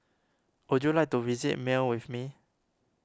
would you like to visit Male with me